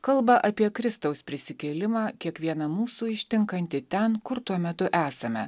kalba apie kristaus prisikėlimą kiekvieną mūsų ištinkantį ten kur tuo metu esame